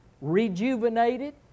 rejuvenated